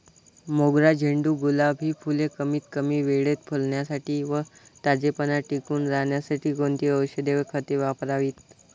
मोगरा, झेंडू, गुलाब हि फूले कमीत कमी वेळेत फुलण्यासाठी व ताजेपणा टिकून राहण्यासाठी कोणती औषधे व खते वापरावीत?